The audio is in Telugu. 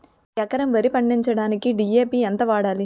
ఎకరం వరి పండించటానికి డి.ఎ.పి ఎంత వాడాలి?